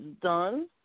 done